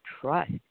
trust